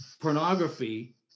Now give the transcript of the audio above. pornography